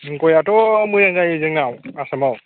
गयाथ' मोजां जायो जोंनाव आसामाव